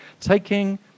Taking